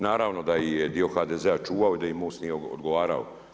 Naravno da je i dio HDZ-a čuvao i da im Most nije odgovarao.